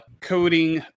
coding